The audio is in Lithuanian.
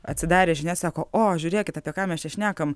atsidarė žinias sako o žiūrėkit apie ką mes čia šnekam